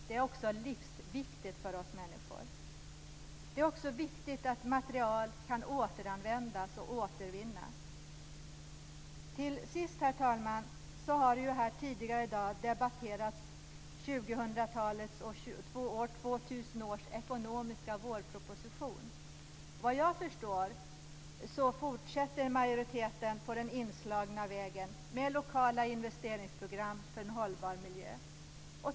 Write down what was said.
Det är också livsviktigt för oss människor. Det är också viktigt att material kan återanvändas och återvinnas. Herr talman! Här har tidigare i dag debatterats 2000 års ekonomiska vårproposition. Såvitt jag förstår fortsätter majoriteten på den inslagna vägen med lokala investeringsprogram för en hållbar miljö.